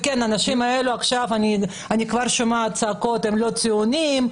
האנשים האלה כבר אני שומעת צעקות "הם לא ציונים",